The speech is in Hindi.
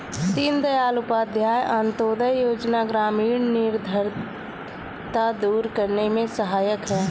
दीनदयाल उपाध्याय अंतोदय योजना ग्रामीण निर्धनता दूर करने में सहायक है